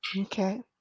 Okay